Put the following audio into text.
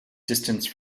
distance